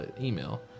email